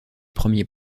premiers